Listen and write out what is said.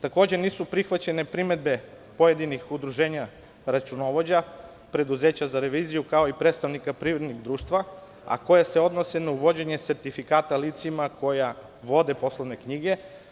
Takođe, nisu prihvaćene primedbe pojedinih udruženja računovođa, preduzeća za reviziju, kao i predstavnika privrednih društava, a koja se odnose na uvođenje sertifikata licima koja vode poslovne knjige.